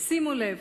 שימו לב,